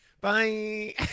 Bye